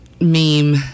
meme